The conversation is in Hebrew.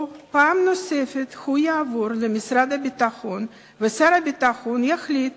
או שפעם נוספת הוא יועבר למשרד הביטחון ושר הביטחון יחליט